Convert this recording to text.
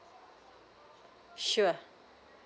sure